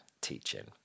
teaching